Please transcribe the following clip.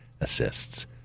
assists